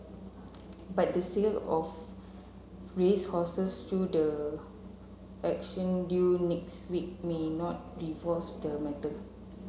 but the sale of racehorses through the auction due next week may not resolve the matter